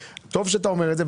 טוב שאתה אומר את זה,